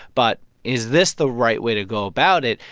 but is this the right way to go about it,